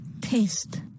Taste